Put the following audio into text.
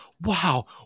wow